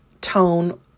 tone